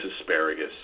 asparagus